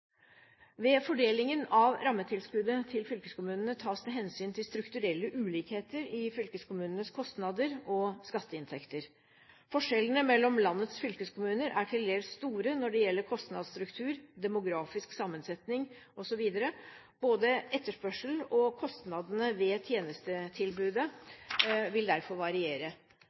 Ved fordelingen av rammetilskuddet til fylkeskommunene tas det hensyn til strukturelle ulikheter i fylkeskommunenes kostnader og skatteinntekter. Forskjellene mellom landets fylkeskommuner er til dels store når det gjelder kostnadsstruktur, demografisk sammensetning osv. Både etterspørselen og kostnadene ved tjenestetilbudet vil derfor variere.